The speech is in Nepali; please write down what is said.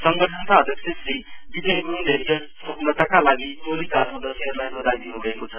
संगठनका अध्यक्ष श्री विजय ग्रुङले यस सफलताका लागि टोलीका सदस्यलाई बधाई दिन्भएको छ